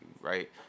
right